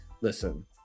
Listen